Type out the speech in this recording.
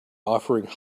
offering